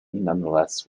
nonetheless